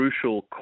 crucial